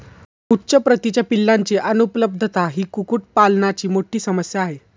उच्च प्रतीच्या पिलांची अनुपलब्धता ही कुक्कुटपालनाची मोठी समस्या आहे